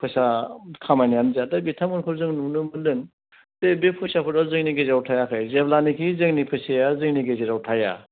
फैसा खामायनायानो जा दा बिथांमोनखौ जों नुनो मोन्दों जे बे फैसाफोरा जोंनि गेजेराव थायाखै जेब्लानेखि जोंनि फैसाया जोंनि गेजेराव थाया